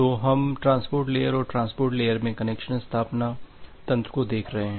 तो हम transport layer और ट्रांसपोर्ट लेयर में कनेक्शन स्थापना तंत्र को देख रहे हैं